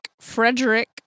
frederick